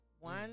One